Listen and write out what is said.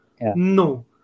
No